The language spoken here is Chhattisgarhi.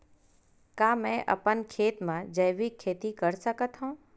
का मैं अपन खेत म जैविक खेती कर सकत हंव?